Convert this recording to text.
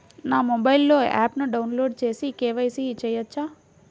నా మొబైల్లో ఆప్ను డౌన్లోడ్ చేసి కే.వై.సి చేయచ్చా?